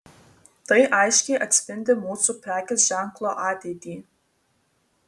tai aiškiai atspindi mūsų prekės ženklo ateitį